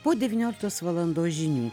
po devynioliktos valandos žinių